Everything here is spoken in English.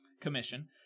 Commission